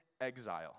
exile